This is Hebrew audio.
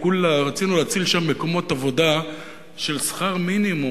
רצינו להציל שם מקומות עבודה של שכר מינימום,